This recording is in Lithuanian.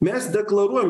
mes deklaruojam